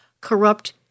corrupt